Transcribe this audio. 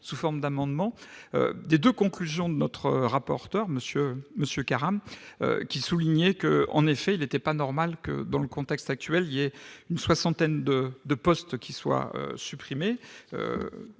sous forme d'amendement des 2 conclusions de notre rapporteur Monsieur Monsieur Karam, qui soulignait que, en effet, il n'était pas normal que dans le contexte actuel, il y ait une soixantaine de de postes qui soient supprimés,